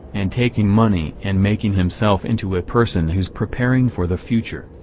and taking money and making himself into a person who's preparing for the future.